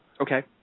Okay